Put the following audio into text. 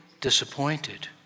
disappointed